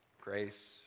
grace